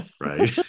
right